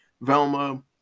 Velma